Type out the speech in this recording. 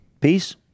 Peace